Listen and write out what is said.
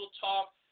Talk